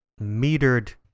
metered